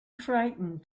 frightened